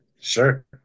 Sure